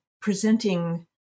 presenting